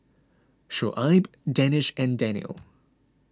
Shoaib Danish and Daniel